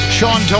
Sean